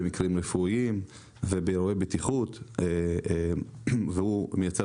במקרים רפואיים ובאירועי בטיחות; מייצר